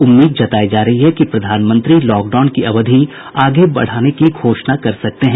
उम्मीद जतायी जा रही है कि प्रधानमंत्री लॉक डाउन की अवधि आगे बढ़ाने की घोषणा कर सकते हैं